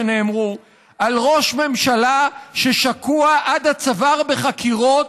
שנאמרו על "ראש ממשלה ששקוע עד הצוואר בחקירות,